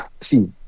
see